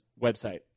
website